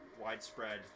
widespread